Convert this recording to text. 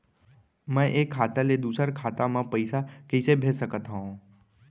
मैं एक खाता ले दूसर खाता मा पइसा कइसे भेज सकत हओं?